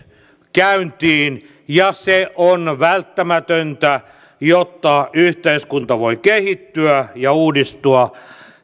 käyntiin ja se on välttämätöntä jotta yhteiskunta voi kehittyä ja uudistua